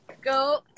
go